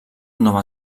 nova